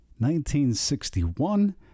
1961